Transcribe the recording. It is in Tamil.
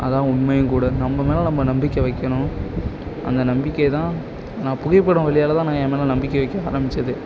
அதுதான் உண்மையும் கூட நம்ம மேலே நம்ம நம்பிக்கை வைக்கணும் அந்த நம்பிக்கை தான் நான் புகைப்படம் வழியால் தான் என் மேலே நம்பிக்கை வைக்க ஆரம்பிச்சதே